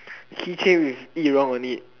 keychain with Yi-Rong on it